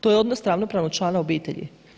To je odnos ravnopravnog člana obitelji?